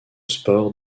sports